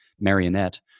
marionette